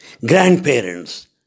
grandparents